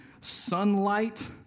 sunlight